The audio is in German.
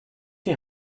die